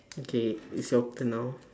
okay it's your turn now